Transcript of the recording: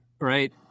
right